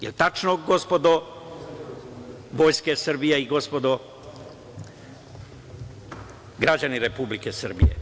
Je li tačno, gospodo Vojske Srbije i gospodo građani Republike Srbije?